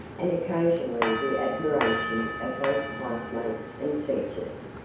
and occasionally the admiration, of both classmates and teachers.